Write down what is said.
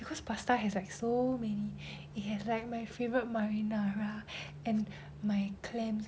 because pasta has so many it has like my favourite marinara and my clams